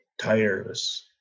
Tireless